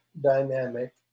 dynamic